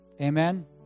Amen